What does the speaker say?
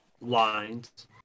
lines